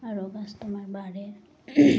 আৰু কাষ্টমাৰ বাঢ়ে